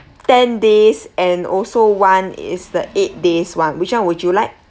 ten days and also one is the eight days [one] which one would you like